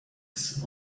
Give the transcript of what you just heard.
its